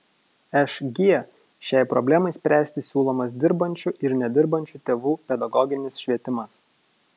šg šiai problemai spręsti siūlomas dirbančių ir nedirbančių tėvų pedagoginis švietimas